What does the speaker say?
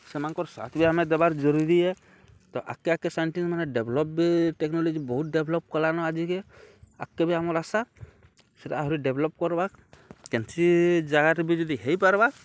ସେମାନଙ୍କର୍ ସାଥ୍ ବି ଆମେ ଦେବାର୍ ଜରୁରୀ ଏ ତ ଆଗ୍କେ ଆଗ୍କେ ସାଇଣ୍ଟିଷ୍ଟ୍ମାନେ ଡେଭ୍ଲପ୍ ବି ଟେକ୍ନୋଲୋଜି ବହୁତ୍ ଡେଭ୍ଲପ୍ କଲାନ ଆଜିକେ ଆଗ୍କେ ବି ଆମର୍ ଆଶା ସେଟା ଆହୁରି ଡେଭ୍ଲପ୍ କର୍ବା କେନ୍ସି ଜାଗାରେ ବି ଯଦି ହେଇପାର୍ବା